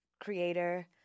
creator